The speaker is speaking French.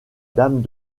dames